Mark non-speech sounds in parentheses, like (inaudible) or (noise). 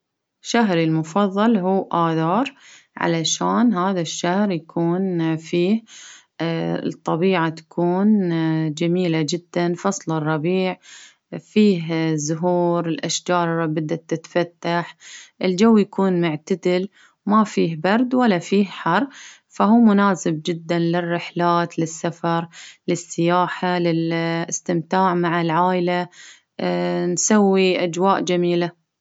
شهري المفظل هو آذار علشان هذا الشهر يكون فيه (hesitation) الطبيعة تكون جميلة جدا، فصل الربيع فيه زهور الأشجار بدت تتفتح الجو يكون معتدل ما فيه برد ولا فيه حر، فهو مناسب جدا للرحلات للسفر للسياحة، للإستمتاع مع العائلة (hesitation) نسوي أجواء جميلة.